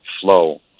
flow